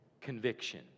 conviction